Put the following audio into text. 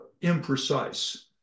imprecise